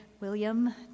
William